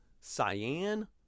cyan